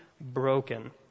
broken